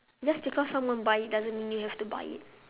just because someone buy it doesn't mean you have to buy it